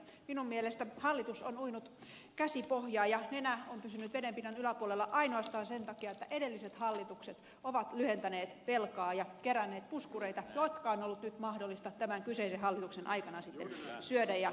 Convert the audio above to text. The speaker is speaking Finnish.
minun mielestäni hallitus on uinut käsipohjaa ja nenä on pysynyt vedenpinnan yläpuolella ainoastaan sen takia että edelliset hallitukset ovat lyhentäneet velkaa ja keränneet puskureita jotka on ollut nyt mahdollista tämän kyseisen hallituksen aikana sitten syödä ja tuhota